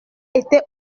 était